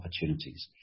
opportunities